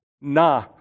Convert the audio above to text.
Nah